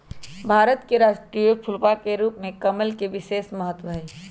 भारत के राष्ट्रीय फूलवा के रूप में कमल के विशेष महत्व हई